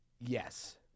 Yes